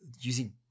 using